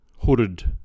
hooded